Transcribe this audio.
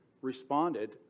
responded